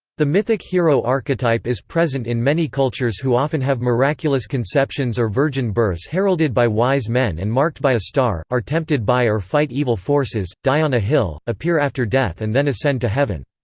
the mythic hero archetype is present in many cultures who often have miraculous conceptions or virgin births heralded by wise men and marked by a star, are tempted by or fight evil forces, die on a hill, appear after death and then ascend to heaven.